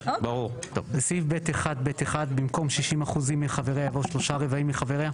בסעיף (ב1)(ב)(1) במקום '60% מחבריה' יבוא 'שלושה רבעים מחבריה'.